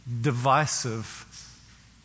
divisive